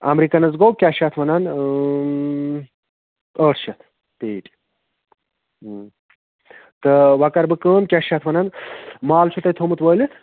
اَمریٖکَنَس گوٚو کیٛاہ چھِ اَتھ وَنان ٲٹھ شتھ پیٹ تہٕ وَ کَرٕ بہٕ کٲم کیٛاہ چھِ اتھ وَنان مال چھُ تۄہہِ تھوٚومُت وٲلِتھ